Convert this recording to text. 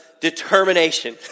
determination